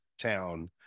town